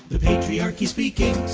the patriarchy's speaking,